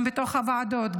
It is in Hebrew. גם בתוך הוועדות,